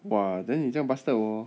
!wah! then 你这样 bastard orh